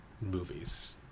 movies